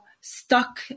stuck